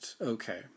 okay